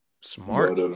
smart